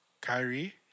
Kyrie